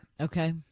okay